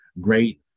great